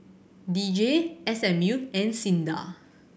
D J S M U and SINDA